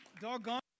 doggone